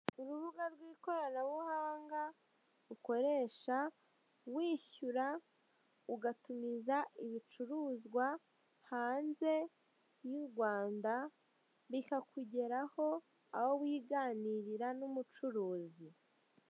Urubuga rw'ikoranabuhanga ukoresha wishyura ugatumiza ibicuruzwa hanze y'u Rwanda bikakugeraho aho wiganirira n'umucuruzi.